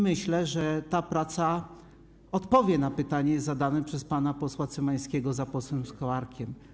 Myślę, że ta praca odpowie na pytanie zadane przez pana posła Cymańskiego za posłem Skwarkiem.